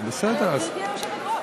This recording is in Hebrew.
זמן, גברתי היושבת-ראש.